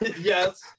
Yes